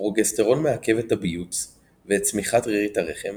הפרוגסטרון מעכב את הביוץ ואת צמיחת רירית הרחם,